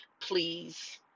please